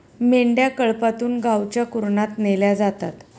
मेंढ्या कळपातून गावच्या कुरणात नेल्या जातात